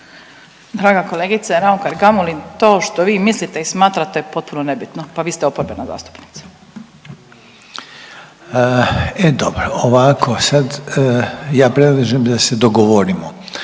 Draga kolegice Raukar-Gamulin. To što vi mislite i smatrate, potpuno nebitno, pa vi ste oporbena zastupnica. **Reiner, Željko (HDZ)** E dobro. Ovako, sad, ja predlažem da se dogovorimo.